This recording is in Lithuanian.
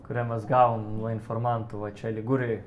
kurią mes gavom nuo informantų va čia ligūrijoj